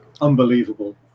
unbelievable